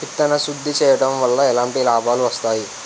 విత్తన శుద్ధి చేయడం వల్ల ఎలాంటి లాభాలు వస్తాయి?